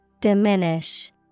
Diminish